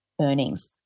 earnings